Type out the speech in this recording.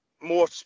more